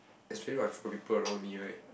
especially while for people around me right